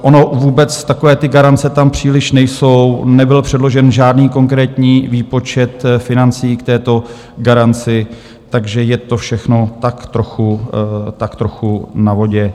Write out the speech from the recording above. Ono vůbec takové ty garance tam příliš nejsou, nebyl předložen žádný konkrétní výpočet financí k této garanci, takže je to všechno tak trochu na vodě.